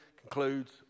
concludes